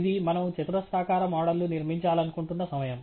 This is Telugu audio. ఇది మనము చతురస్రాకార మోడల్ ను నిర్మించాలనుకుంటున్న సమయం